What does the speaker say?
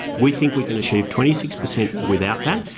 we think we can achieve twenty six percent without that.